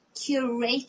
curate